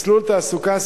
מסלול תעסוקה,